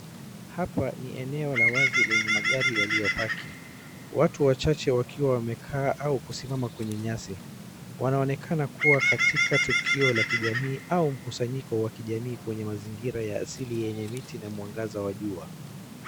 Hapa ni eneo la wazi lenye magari yaliyopaki, watu wachache wakiwa wamekaa au kusimama kwenye nyasi. Wanaonekana kuwa katika tukio la kijamii au mkusanyiko wa kijamii kwenye mazingira ya asili wenye miti na mwangaza wa jua.